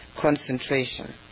concentration